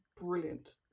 brilliant